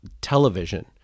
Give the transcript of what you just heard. television